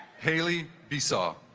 haley be saw